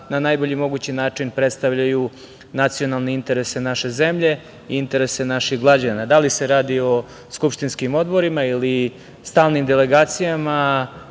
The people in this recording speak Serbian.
na najbolji mogući način predstavljaju nacionalne interese naše zemlje i interese naših građana. Da li se radi o skupštinskim odborima ili stalnim delegacijama